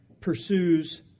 pursues